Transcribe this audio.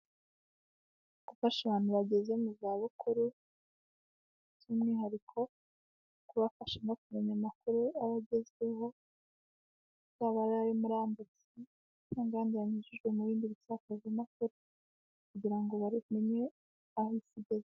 Gufasha abantu bageze mu zabukuru by'umwihariko kubafasha no kumenya amakuru aba agezwehora, yaba ari aya murandasi cyangwa ayandi yanyujijwe mu bindi bisakazamakuru kugira ngo bamenye aho isi igeze.